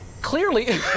clearly